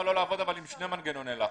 לעבוד עם שני מנגנוני לחץ?